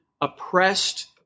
oppressed